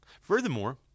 Furthermore